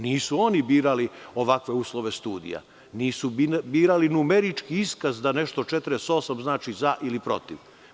Nisu oni birali ovakve uslove studija, nisu birali numerički iskaz da nešto 48 znači za ili protiv.